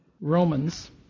Romans